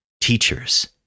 teachers